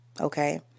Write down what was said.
Okay